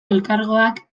elkargoak